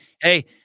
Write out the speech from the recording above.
Hey